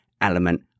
element